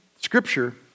Scripture